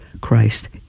Christ